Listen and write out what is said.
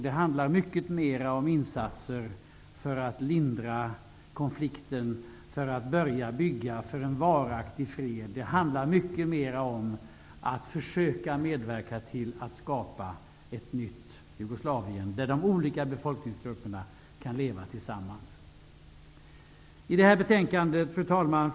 Det handlar mycket mera om insatser för lindrandet av konflikten och för byggandet av en varaktig fred. Det handlar mycket mera om att man skall försöka medverka till att skapa ett nytt Jugoslavien, där de olika befolkningsgrupperna kan leva tillsammans. Fru talman!